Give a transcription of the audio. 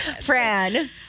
Fran